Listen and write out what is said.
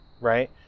right